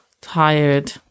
tired